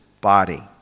body